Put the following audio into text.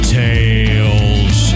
tales